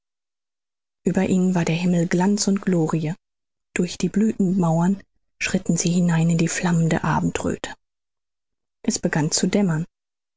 ueber ihnen war der himmel glanz und glorie durch die blüthenmauern schritten sie hinein in die flammende abendröthe es begann zu dämmern